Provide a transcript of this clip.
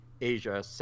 Asia